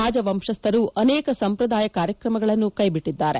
ರಾಜವಂಶಸ್ದರು ಅನೇಕ ಸಂಪ್ರದಾಯ ಕಾರ್ಯಕ್ರಮಗಳನ್ನು ಈ ಬಾರಿ ಕೈಬಿಟ್ಟಿದ್ದಾರೆ